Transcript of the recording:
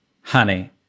honey